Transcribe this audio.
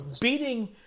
beating –